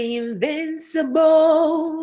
invincible